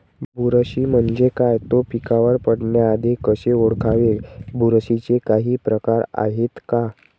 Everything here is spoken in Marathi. बुरशी म्हणजे काय? तो पिकावर पडण्याआधी कसे ओळखावे? बुरशीचे काही प्रकार आहेत का?